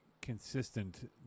consistent